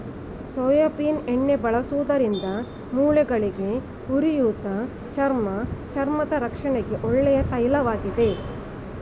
soybean ಎಣ್ಣೆ ಬಳಸುವುದರಿಂದ ಮೂಳೆಗಳಿಗೆ, ಉರಿಯೂತ, ಚರ್ಮ ಚರ್ಮದ ರಕ್ಷಣೆಗೆ ಒಳ್ಳೆಯ ತೈಲವಾಗಿದೆ